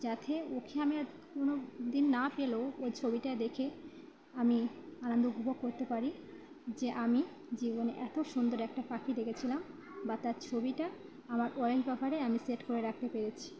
যাতে ওকে আমি আর কোনোদিন না পেলেও ওই ছবিটা দেখে আমি আনন্দ উপভোগ করতে পারি যে আমি জীবনে এত সুন্দর একটা পাখি দেখেছিলাম বা তার ছবিটা আমার ওয়াল পেপারে আমি সেট করে রাখতে পেরেছি